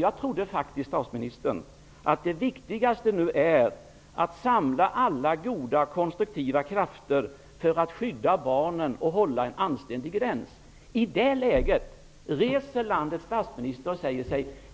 Jag tror faktiskt, statsministern, att det viktigaste nu är att samla alla goda konstruktiva krafter för att skydda barnen och hålla en anständig gräns. I det läget säger landets statsminister: